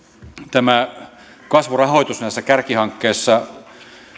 tämä kasvurahoitus kärkihankkeissa